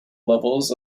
levels